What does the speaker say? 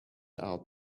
out